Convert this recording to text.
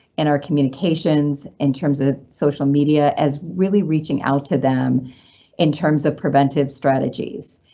in our communications in terms of social media as really reaching out to them in terms of preventive strategies.